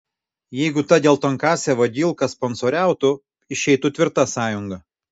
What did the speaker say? jeigu ta geltonkasė vagilka sponsoriautų išeitų tvirta sąjunga